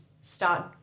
start